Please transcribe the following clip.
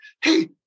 hey